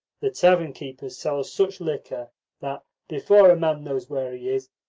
the tavern-keepers sell us such liquor that, before a man knows where he is,